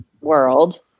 world